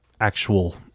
actual